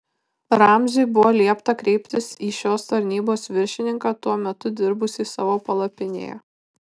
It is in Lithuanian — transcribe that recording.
ramziui buvo liepta kreiptis į šios tarnybos viršininką tuo metu dirbusį savo palapinėje